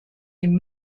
dem